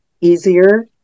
easier